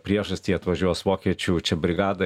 priežastį atvažiuos vokiečių čia brigada